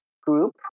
group